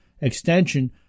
extension